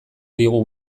digu